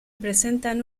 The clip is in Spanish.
presentan